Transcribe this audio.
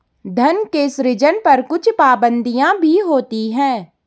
धन के सृजन पर कुछ पाबंदियाँ भी होती हैं